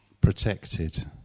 protected